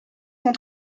cent